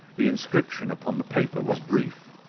the inscription upon the paper was brief,